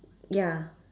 ya